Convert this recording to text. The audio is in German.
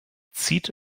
zieht